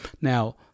Now